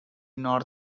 north